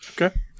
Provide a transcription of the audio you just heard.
Okay